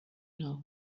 know